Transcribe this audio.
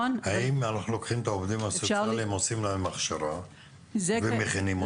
האם עושים הכשרה לעובדים הסוציאליים ומכינים אותם?